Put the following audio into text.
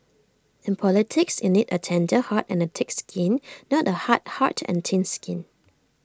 in politics you need A tender heart and A thick skin not A hard heart and thin skin